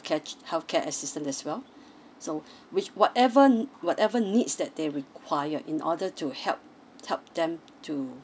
catch healthcare assistant as well so which whatever ne~ whatever needs that they require in order to help help them to